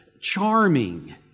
charming